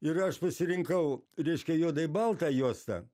ir aš pasirinkau reiškia juodai baltą juostą